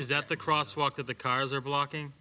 is that the cross walk of the cars are blocking